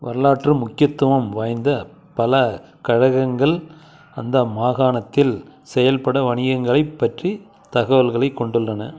வரலாற்று முக்கியத்துவம் வாய்ந்த பல கழகங்கள் அந்த மாகாணத்தில் செயல்பட்ட வணிகங்களைப் பற்றிய தகவல்களைக் கொண்டுள்ளன